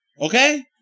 Okay